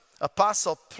apostle